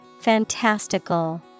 Fantastical